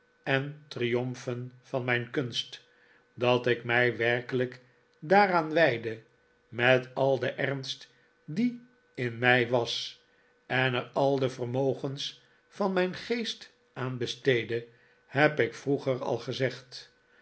en triomfen van mijn kunst dat ik mij werkelijk daaraan wijdde met al den ernst die in mij was en er al de vermogens van mijn geest aan besteedde heb ik vrpeger al gezegd